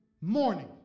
morning